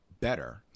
better